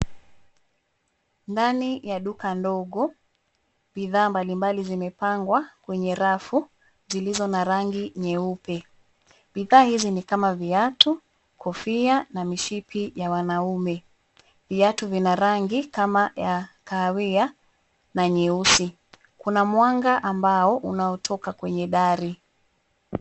Ndani ya duka ndogo. Bidhaa mbalimbali zimepangwa, kwenye rafu zilizo na rangi nyeupe. Bidhaa hizi ni kama viatu, kofia na mishipi ya wanaume. Viatu vina rangi kama ya kahawia na nyeusi. Kuna mwanga ambao unaotoka kwenye dari.